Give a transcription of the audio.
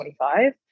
25